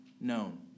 known